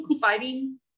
fighting